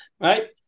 Right